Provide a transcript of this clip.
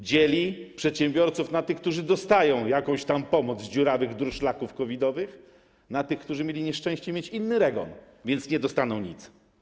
Dzieli przedsiębiorców na tych, którzy dostają jakąś tam pomoc z dziurawych durszlaków COVID-owych, na tych, którzy mieli nieszczęście mieć inny REGON, więc nie dostaną nic.